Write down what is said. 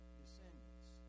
descendants